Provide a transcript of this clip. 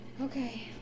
Okay